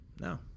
No